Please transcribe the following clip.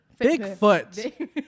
bigfoot